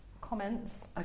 comments